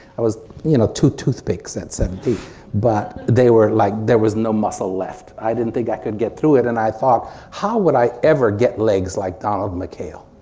i was you know two toothpicks at seventeen but they were like there was no muscle left. i didn't think i could get through it and i thought how would i ever get legs like donald mckayle